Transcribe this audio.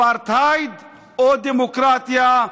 אפרטהייד או דמוקרטיה.